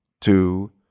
two